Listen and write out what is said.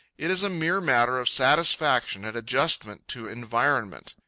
it is a mere matter of satisfaction at adjustment to environment.